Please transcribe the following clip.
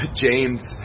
James